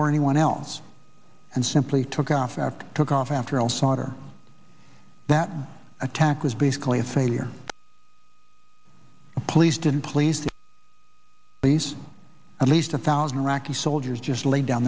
or anyone else and simply took off after took off after al saud or that attack was basically a failure the police didn't please these at least a thousand iraqi soldiers just lay down